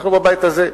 אנחנו בבית הזה,